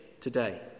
today